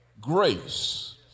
grace